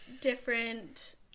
different